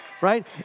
right